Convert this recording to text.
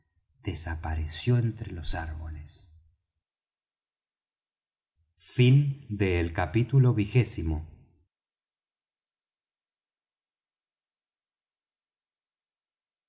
desapareció entre los árboles